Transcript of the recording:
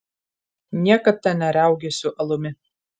niekad ten neriaugėsiu alumi